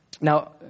Now